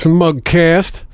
Smugcast